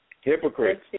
Hypocrites